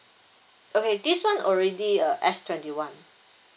okay this one already a S twenty one